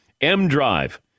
M-Drive